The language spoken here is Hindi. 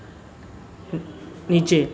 नीचे